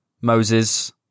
Moses